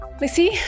Lissy